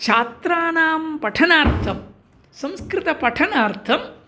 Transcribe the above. छात्राणां पठनार्थं संस्कृतपठनार्थम्